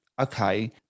okay